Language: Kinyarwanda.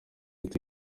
ati